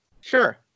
Sure